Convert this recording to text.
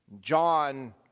John